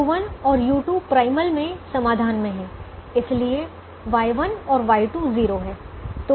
u1 और u2 primal में समाधान में हैं इसलिए Y1 और Y2 0 हैं